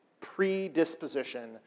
predisposition